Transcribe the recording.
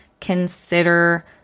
consider